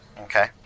Okay